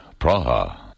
Praha